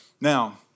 Now